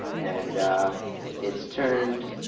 and it's turned,